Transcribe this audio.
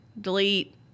delete